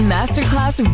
Masterclass